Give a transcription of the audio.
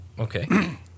Okay